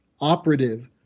operative